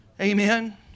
Amen